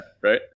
right